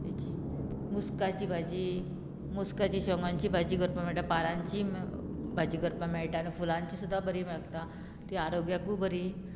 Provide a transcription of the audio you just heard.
मुस्काची भाजी मुस्काची शोंगांची भाजी करपाक मेळटा पारांची भाजी करपाक मेळटा आनी फुलांची सुद्दां बरी मेळटा ती आरोग्याकूय बरी